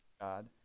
God